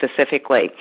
specifically